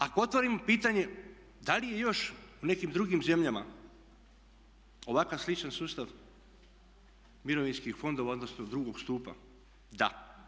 Ako otvorimo pitanje da li je još u nekim drugim zemljama ovakav sličan sustav mirovinskih fondova, odnosno drugog stupa da.